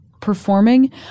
performing